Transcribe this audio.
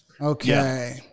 Okay